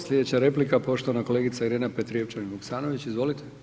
Slijedeća replika poštovana kolegica Irena Petrijevčanin Vuksanović, izvolite.